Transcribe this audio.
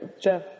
Jeff